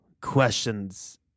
questions